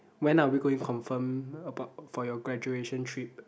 when are you going confirm about for your graduation trip